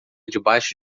debaixo